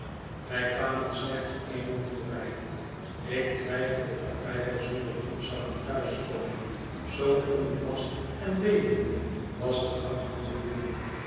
wij kwamen slecht één man voorbij ik twijfelde of wij wel zonder hulp zouden thuis komen zoo onvast en bevende was de gang van den jongen